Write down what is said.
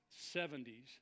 70s